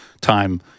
time